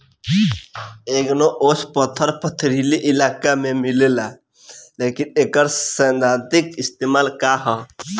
Igneous पत्थर पथरीली इलाका में मिलेला लेकिन एकर सैद्धांतिक इस्तेमाल का ह?